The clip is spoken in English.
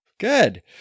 Good